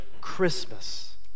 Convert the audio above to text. Christmas